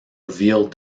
revealed